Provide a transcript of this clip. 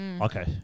Okay